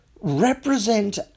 represent